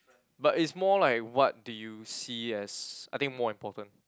but it's more like what do you see as I think more important